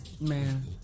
Man